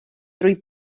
drwy